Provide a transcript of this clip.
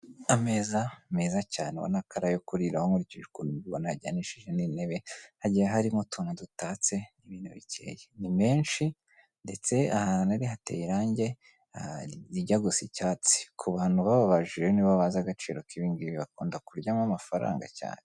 Ameza meza cyane ubonako arayo kuriraho nkurikije ukuntu mbona ajyanishije n'intebe, hagiye harimo utuntu dutatse ibintu bikeye, ni menshi ndetse ahantu ari hateye irangi rijya gusa icyatsi. Ku bantu babababajije nibo bazi agaciro k'ibi ngibi, bakunda kuryamo amafaranga cyane.